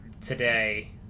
today